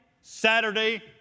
Saturday